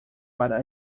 para